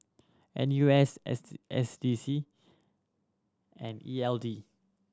N U S S D C and E L D